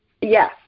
yes